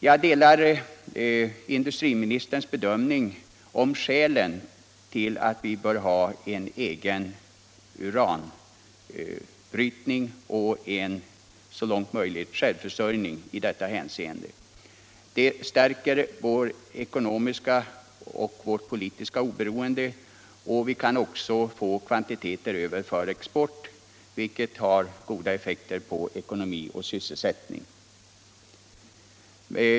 Jag delar industriministerns bedömning av skälen till att vi bör ha en egen uranbrytning och så långt möjligt vara självförsörjande. Det stärker vårt ekonomiska och politiska oberoende, och vi kan också få kvantiteter över för export, vilket har god effekt på ekonomi och sysselsättning.